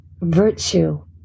virtue